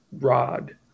rod